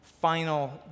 final